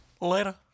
Later